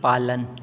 पालन